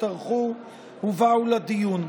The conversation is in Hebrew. שטרחו ובאו לדיון.